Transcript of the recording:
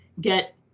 get